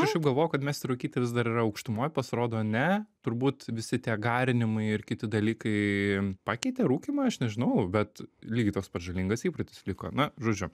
aš galvojau kad mesti rūkyti vis dar yra aukštumoj pasirodo ne turbūt visi tie garinimai ir kiti dalykai pakeitė rūkymą aš nežinau bet lygiai toks pat žalingas įprotis liko na žodžiu